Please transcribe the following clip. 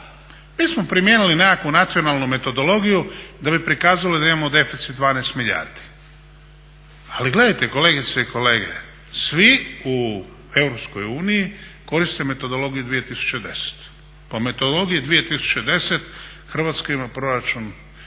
mi smo primijenili nekakvu nacionalnu metodologiju da bi prikazali da imamo deficit 12 milijardi. Ali gledajte kolegice i kolege svi u EU koriste metodologiju 2010., po metodologiji 2010. Hrvatska ima proračun